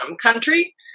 country